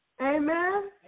Amen